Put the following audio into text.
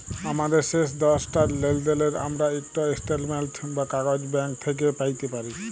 আমাদের শেষ দশটা লেলদেলের আমরা ইকট ইস্ট্যাটমেল্ট বা কাগইজ ব্যাংক থ্যাইকে প্যাইতে পারি